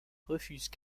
refusent